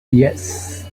yes